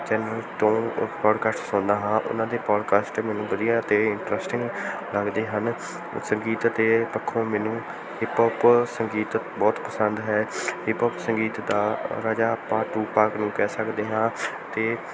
channel ਤੋਂ podcast ਸੁਣਦਾ ਹਾਂ ਉਹਨਾਂ ਦੇ ਪੋਡਕਾਸਟ ਮੈਨੂੰ ਵਧੀਆ ਅਤੇ ਇੰਟਰਸਟਿੰਗ ਲੱਗਦੇ ਹਨ ਸੰਗੀਤ ਦੇ ਪੱਖੋਂ ਮੈਨੂੰ ਹਿੱਪ ਹੋਪ ਸੰਗੀਤ ਬਹੁਤ ਸੰਗੀਤ ਬਹੁਤ ਪਸੰਦ ਹੈ ਹਿੱਪ ਹੋਪ ਸੰਗੀਤ ਦਾ ਰਾਜਾ ਆਪਾਂ ਟੂ ਪਾਕ ਨੂੰ ਕਹਿ ਸਕਦੇ ਹਾਂ ਅਤੇ